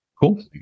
Cool